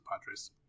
Padres